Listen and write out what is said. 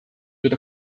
with